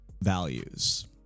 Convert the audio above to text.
values